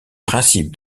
principe